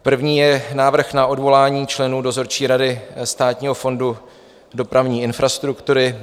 První je Návrh na odvolání členů dozorčí rady Státního fondu dopravní infrastruktury.